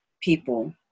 people